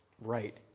right